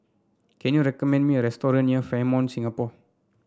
can you recommend me a restaurant near Fairmont Singapore